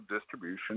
distribution